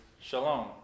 shalom